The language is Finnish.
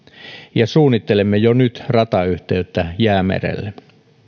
ja suunnittelemme jo nyt ratayhteyttä jäämerelle